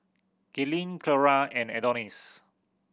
Gaylene Cleora and Adonis